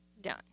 done